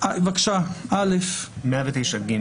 "סעיף 109ג,